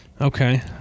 Okay